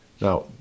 Now